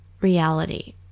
reality